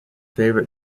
favourite